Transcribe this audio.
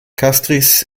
castries